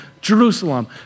Jerusalem